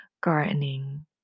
gardening